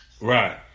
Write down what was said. Right